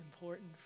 important